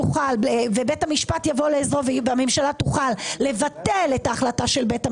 ובית משפט יבוא לעזרו והממשלה תוכל לבטל את החלטת בית המשפט,